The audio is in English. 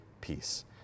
peace